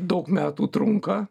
daug metų trunka